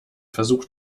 versuch